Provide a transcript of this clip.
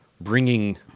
bringing